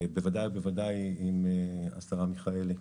בוודאי ובוודאי עם השרה מיכאלי.